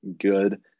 good